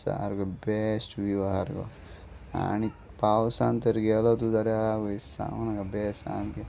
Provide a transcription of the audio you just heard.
सारको best view आहा सारको आनी पावसान तर गेलो तूं जाल्यार आवय सांगू नाका बेस्ट सामकें